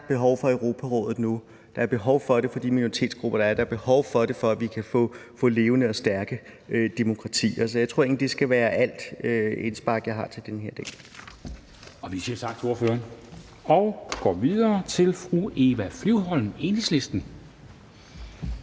behov for Europarådet nu. Der er behov for det i forhold til de minoritetsgrupper, der er. Der er behov for det, for at vi kan få levende og stærke demokratier. Så jeg tror, det skal være det indspark, jeg har til den her del. Kl. 11:50 Formanden (Henrik Dam Kristensen): Vi siger tak til ordføreren og går videre til fru Eva Flyvholm, Enhedslisten.